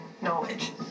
knowledge